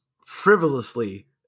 frivolously